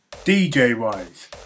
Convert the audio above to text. DJ-wise